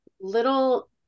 little